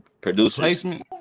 Placement